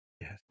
Yes